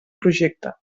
projecte